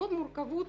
בעקבות מורכבות